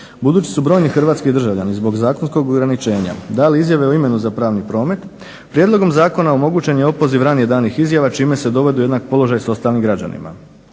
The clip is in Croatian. Budući su brojni hrvatski državljani zbog zakonskog ograničenja dali izjave o imenu za pravni promet prijedlogom zakona omogućen je opoziv ranije danih izjava čime se dovodi u jednak položaj sa ostalim građanima.